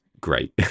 great